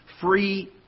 free